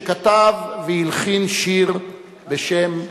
שכתב והלחין שיר בשם "פראג",